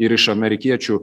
ir iš amerikiečių